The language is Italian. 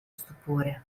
stupore